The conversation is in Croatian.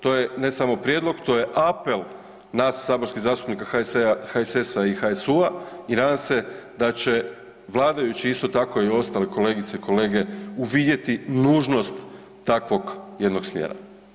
To je ne samo prijedlog, to je apel nas saborskih zastupnika HSS-a i HSU-a i nadam se da će vladajući isto tako i ostale kolegice i kolege uvidjeti nužnost takvog jednog smjera.